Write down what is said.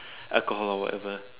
alcohol or whatever